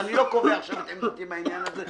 ואני לא קובע את עמדתי בעניין הזה,